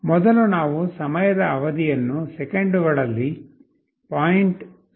ಮೊದಲು ನಾವು ಸಮಯದ ಅವಧಿಯನ್ನು ಸೆಕೆಂಡುಗಳಲ್ಲಿ 0